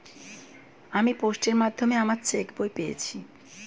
আমি পোস্টের মাধ্যমে আমার চেক বই পেয়েছি